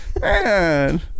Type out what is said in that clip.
man